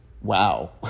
wow